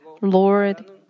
Lord